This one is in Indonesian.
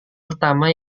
pertama